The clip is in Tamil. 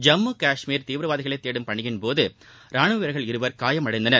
ஜம்மு கஷ்மீரில் தீவிரவாதிகளை தேடும் பணியின்போது ராணுவ வீரர்கள் இருவர் காயமடைந்தனர்